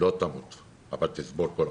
לא תמות אבל תסבול כל החיים.